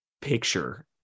picture